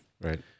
right